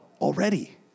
already